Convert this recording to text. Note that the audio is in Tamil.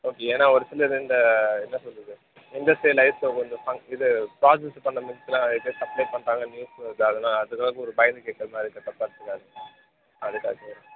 ஓகே ஏன்னால் ஒரு சிலர் இந்த என்ன சொல்கிறது இண்டஸ்ட்ரியல் லைஃப்பில் கொஞ்சம் ஃபங் இது ப்ராஸஸ் பண்ண மில்க்குலாம் இது சப்ளே பண்ணுறாங்கன்னு நியூஸ் வருது அதுனா அதுக்காக ஒரு பயந்து கேட்கற மாதிரி இருக்குது தப்பா எடுத்துக்காதீங்க அதுக்காக கேட்குறேன்